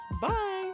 Bye